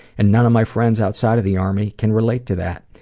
and none of my friends outside of the army can relate to that.